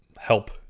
help